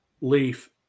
leaf